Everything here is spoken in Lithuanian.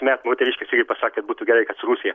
metų moteriškės irgi pasakė kad būtų gerai kad su rusija